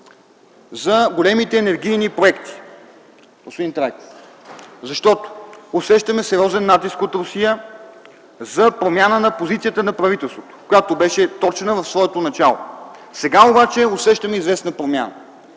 за големите енергийни проекти, господин Трайков, защото усещаме сериозен натиск от Русия за промяна на позицията на правителството, която беше точна в своето начало. Сега обаче усещаме известна промяна.